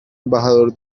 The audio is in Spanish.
embajador